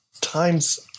times